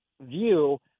view